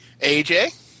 AJ